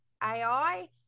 AI